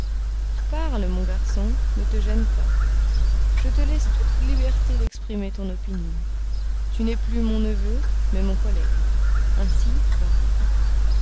parle mon garçon ne te gêne pas je te laisse toute liberté d'exprimer ton opinion tu n'es plus mon neveu mais mon collègue ainsi va